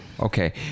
Okay